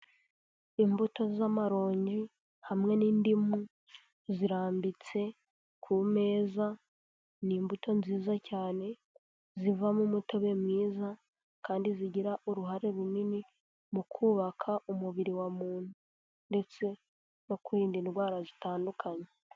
Imbuto z'amaronji hamwe n'indimu zirambitse ku meza. Ni imbuto nziza cyane zivamo umutobe mwiza kandi zigira uruhare runini mu kubaka umubiri wa muntu, ndetse no kwirinda indwara zitandukanye.